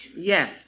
Yes